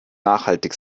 nachhaltig